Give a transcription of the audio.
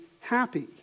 happy